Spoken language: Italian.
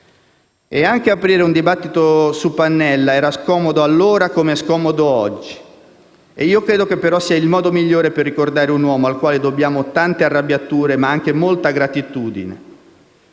E anche se aprire un dibattito su Pannella era scomodo allora com'è scomodo oggi, credo che sia il modo migliore per ricordare un uomo al quale dobbiamo tante arrabbiature ma anche molta gratitudine.